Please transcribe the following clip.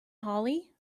hollie